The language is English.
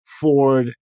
Ford